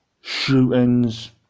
shootings